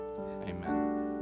Amen